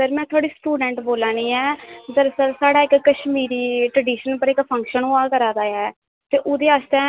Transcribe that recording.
sir में थुआढ़ी student बोल्ला नी आं ते दरअसल साढ़ा इत्थें इक्क कशमीरी ट्रडीशनल पर इक्क फंक्शन होआ करदा ऐ ते ओह्दे आस्तै